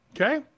Okay